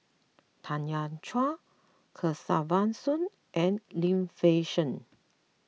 Tanya Chua Kesavan Soon and Lim Fei Shen